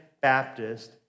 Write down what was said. Baptist